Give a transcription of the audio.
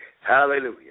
Hallelujah